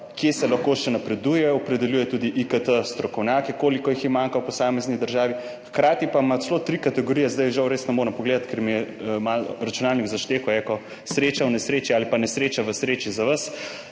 kje se lahko še napreduje, opredeljuje tudi IKT strokovnjake, koliko jih je manjka v posamezni državi, hkrati pa ima celo tri kategorije – zdaj žal res ne morem pogledati, ker mi je malo računalnik zaštekal, sreča v nesreči ali pa nesreča v sreči za vas